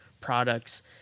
products